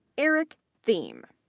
eric thiem,